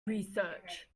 research